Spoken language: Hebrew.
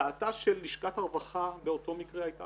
דעתה של לשכת הרווחה באותו מקרה הייתה